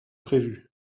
prévues